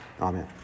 Amen